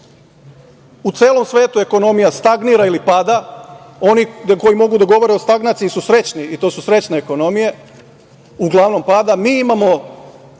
u celom svetu ekonomija stagnira ili pada. Oni koji mogu da govore o stagnaciji su srećni i to su srećne ekonomije, uglavnom pada. Mi imamo